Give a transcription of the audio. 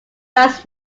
rights